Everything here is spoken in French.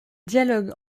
dialogue